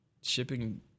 shipping